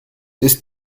ist